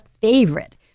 favorite